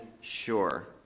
sure